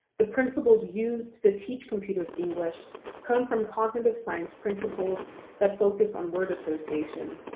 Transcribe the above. the principles used to teach computers english come from cognitive science principles that focus on word association,